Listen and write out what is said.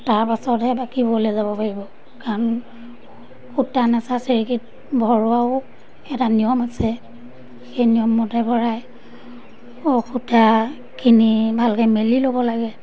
তাৰপাছতহে বাকীবোৰলৈ যাব পাৰিব কাৰণ সূতা নাচা চেৰেকীত ভৰোৱাও এটা নিয়ম আছে সেই নিয়ম মতে ভৰাই বৌ সূতাখিনি ভালকৈ মেলি ল'ব লাগে